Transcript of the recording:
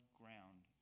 ground